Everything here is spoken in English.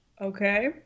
Okay